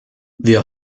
wir